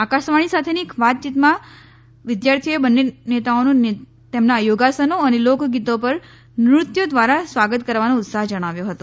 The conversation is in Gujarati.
આકાશવાણી સાથેની વાતચીતમાં વિદ્યાર્થીઓએ બંને નેતાઓનું તેમના યોગાસનો અને લોકગીતો પર નૃત્યો ધ્વારા સ્વાગત કરવાનો ઉત્સાહ જણાવ્યો હતો